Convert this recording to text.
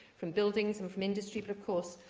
from buildings and from industry, but, of course,